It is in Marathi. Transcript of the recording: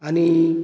आणि